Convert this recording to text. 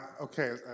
Okay